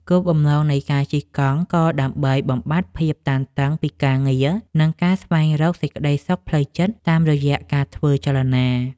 គោលបំណងនៃការជិះកង់ក៏ដើម្បីបំបាត់ភាពតានតឹងពីការងារ និងការស្វែងរកសេចក្ដីសុខផ្លូវចិត្តតាមរយៈការធ្វើចលនា។